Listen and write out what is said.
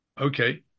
Okay